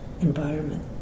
environment